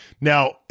Now